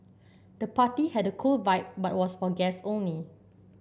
the party had a cool vibe but was for guest only